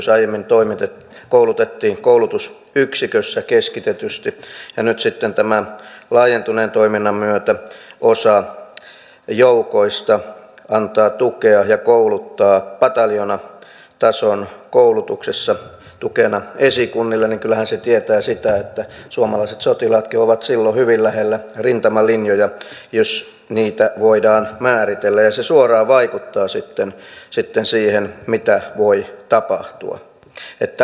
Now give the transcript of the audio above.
jos aiemmin koulutettiin koulutusyksikössä keskitetysti ja nyt sitten tämän laajentuneen toiminnan myötä osa joukoista antaa tukea ja kouluttaa pataljoonatason koulutuksessa tukena esikunnille niin kyllähän se tietää sitä että suomalaiset sotilaatkin ovat silloin hyvin lähellä rintamalinjoja jos niitä voidaan määritellä ja se suoraan vaikuttaa sitten siihen mitä voi tapahtua